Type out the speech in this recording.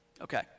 Okay